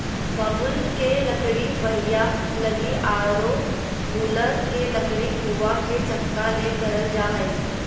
बबूल के लकड़ी पहिया लगी आरो गूलर के लकड़ी कुआ के चकका ले करल जा हइ